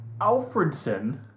Alfredson